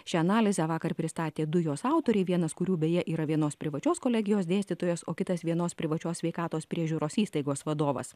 šią analizę vakar pristatė du jos autoriai vienas kurių beje yra vienos privačios kolegijos dėstytojas o kitas vienos privačios sveikatos priežiūros įstaigos vadovas